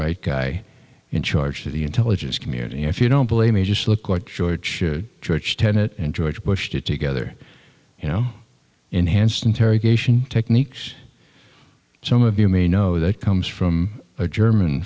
right guy in charge of the intelligence community if you don't play may just look quite short george tenet and george bush did together you know enhanced interrogation techniques some of you may know that comes from a german